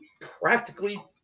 practically